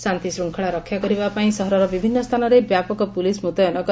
ଶାନ୍ତି ଶୃଙ୍ଖଳା ରକ୍ଷା କରିବାପାଇଁ ସହରର ବିଭିନ୍ନ ସ୍ଚାନରେ ବ୍ୟାପକ ପୁଲିସ୍ ମ୍ବତୟନ କରାଯାଇଛି